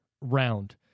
round